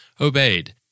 obeyed